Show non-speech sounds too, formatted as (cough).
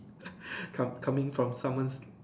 (breath) come coming from someone